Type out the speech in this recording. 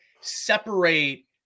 separate